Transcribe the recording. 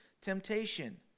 temptation